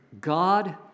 God